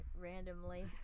randomly